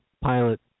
pilot